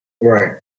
Right